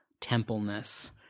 templeness